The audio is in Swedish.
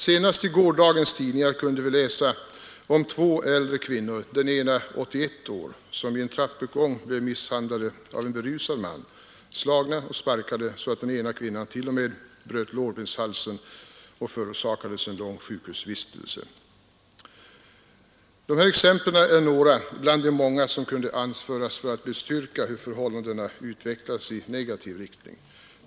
Senast i gårdagens tidningar kunde vi läsa om två äldre kvinnor, den ena 81 år, som i en trappuppgång blev misshandlade av en berusad man, slagna och sparkade så att den ena kvinnan bröt lårbenshalsen och förorsakades lång sjukhusvistelse. Dessa exempel är några bland de många som kunde anföras för att bestyrka hur förhållandena utvecklas i negativ riktning.